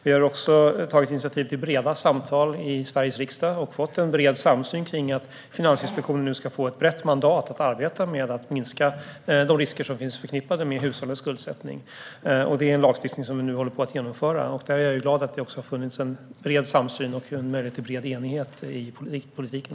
Vi har också tagit initiativ till breda samtal i Sveriges riksdag och fått en stor samsyn om att Finansinspektionen nu ska få ett brett mandat för sitt arbete att minska de risker som finns förknippade med hushållens skuldsättning. Det är en lagstiftning som vi nu håller på att genomföra. Jag är glad över att det har funnits en stor samsyn och en möjlighet till stor enighet i politiken.